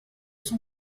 son